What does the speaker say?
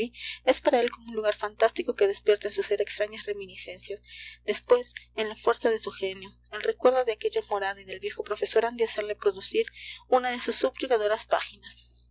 es para él como un lugar fantástico que despierta en su sér extrañas reminiscencias después en la fuerza de su genio el recuerdo de aquella morada y del viejo profesor han de hacerle producir una de sus subyugadoras páginas